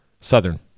Southern